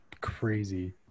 crazy